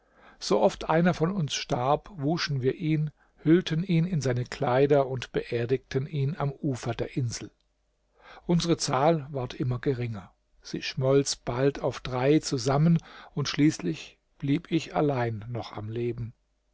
sooft einer von uns starb wuschen wir ihn hüllten ihn in seine kleider und beerdigten ihn am ufer der insel unsere zahl ward immer geringer sie schmolz bald auf drei zusammen und schließlich blieb ich allein noch am leben